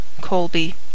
Colby